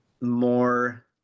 more